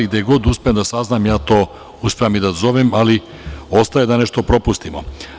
Gde god uspem da saznam, ja to uspevam i da zovem, ali ostaje da nešto propustimo.